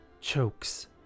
chokes